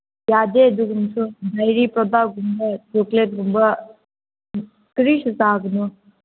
ꯌꯥꯗꯦ ꯑꯗꯨꯒꯨꯝꯕꯁꯨ ꯗꯥꯏꯔꯤ ꯄ꯭ꯔꯗꯛꯒꯨꯝꯕ ꯆꯣꯀ꯭ꯂꯦꯠꯀꯨꯝꯕ ꯀꯔꯤꯁꯨ ꯆꯥꯒꯅꯨ